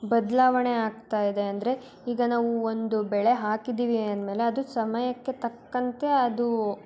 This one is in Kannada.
ಬದಲಾವಣೆ ಆಗ್ತಾ ಇದೆ ಅಂದರೆ ಈಗ ನಾವು ಒಂದು ಬೆಳೆ ಹಾಕಿದ್ದೀವಿ ಅಂದ ಮೇಲೆ ಅದು ಸಮಯಕ್ಕೆ ತಕ್ಕಂತೆ ಅದು